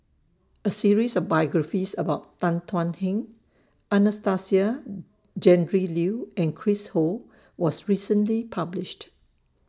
A series of biographies about Tan Thuan Heng Anastasia Tjendri Liew and Chris Ho was recently published